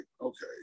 okay